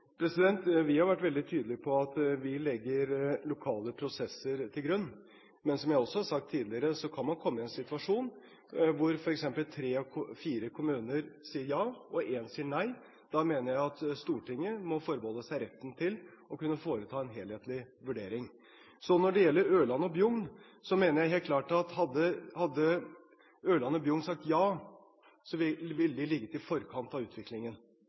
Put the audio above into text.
Vi har vært veldig tydelig på at vi legger lokale prosesser til grunn, men som jeg også har sagt tidligere, kan man komme i en situasjon hvor f.eks. tre av fire kommuner sier ja og én sier nei. Da mener jeg at Stortinget må forbeholde seg retten til å kunne foreta en helhetlig vurdering. Når det gjelder Ørland og Bjugn, mener jeg helt klart at hadde Ørland og Bjugn sagt ja, ville de ligget i forkant av utviklingen.